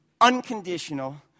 unconditional